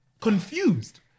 confused